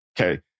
okay